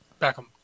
Beckham